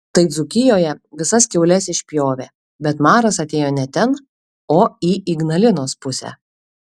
tai dzūkijoje visas kiaules išpjovė bet maras atėjo ne ten o į ignalinos pusę